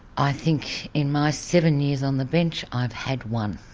i think in my seven years on the bench, i've had one.